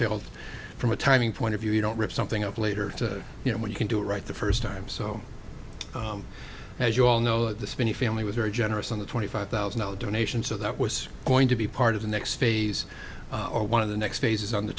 felt from a timing point of view you don't rip something up later to you know when you can do it right the first time so as you all know the spinny family was very generous on the twenty five thousand dollar donation so that was going to be part of the next phase or one of the next phases on the